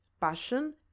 passion